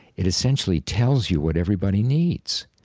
it essentially tells you what everybody needs.